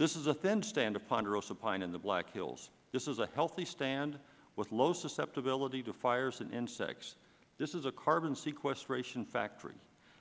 this is a thin stand of ponderosa pine in the black hills this is a healthy stand with low susceptibility to fires and insects this is a carbon sequestration factory